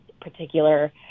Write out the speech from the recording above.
particular